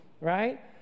right